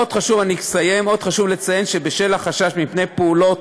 עוד חשוב לציין שבשל החשש מפני פעולות,